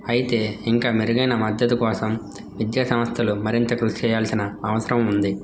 అయితే ఇంకా మెరుగైన మద్దతు కోసం విద్యా సంస్థలు మరింత కృషి చేయాల్సిన అవసరం ఉంది